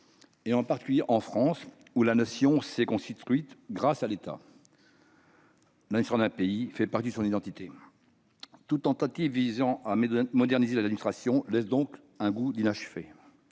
pays, particulièrement en France, où la Nation s'est construite grâce à l'État. L'administration d'un pays fait partie de son identité. Toute tentative visant à moderniser l'administration laisse un goût d'inachevé,